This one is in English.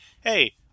hey